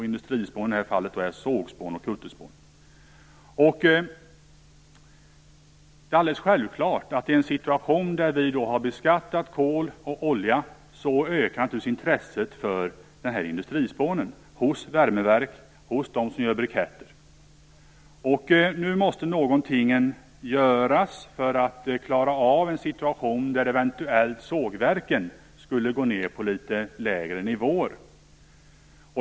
Industrispån är i det här fallet sågspån och kutterspån. Det är alldeles självklart att i en situation där kol och olja har beskattats ökar intresset för detta industrispån hos värmeverk och hos dem som gör briketter. Nu måste någonting göras för att klara av en situation där sågverken eventuellt skulle gå ned på litet lägre nivåer.